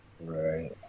Right